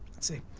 let's see.